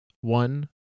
One